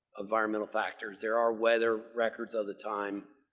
environmental factors. there are weather records of the time